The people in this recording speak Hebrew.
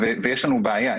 יש לנו בעיה,